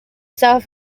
south